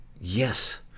Yes